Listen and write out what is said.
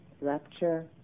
rapture